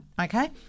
okay